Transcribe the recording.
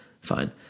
fine